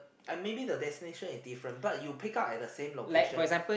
and maybe the destination is different but you pick up at the same location